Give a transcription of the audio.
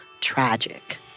tragic